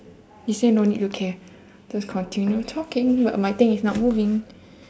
you say no need to care just continue talking but my thing is not moving